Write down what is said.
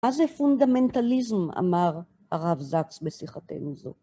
מה זה פונדמנטליזם? אמר הרב זקס בשיחתנו זו.